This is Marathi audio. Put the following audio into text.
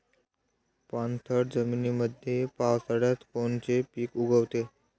पाणथळ जमीनीमंदी पावसाळ्यात कोनचे पिक उगवते?